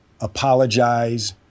apologize